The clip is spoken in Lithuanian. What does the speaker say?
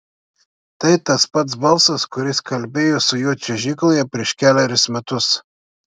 tai tas pats balsas kuris kalbėjo su juo čiuožykloje prieš kelerius metus